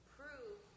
prove